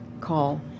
call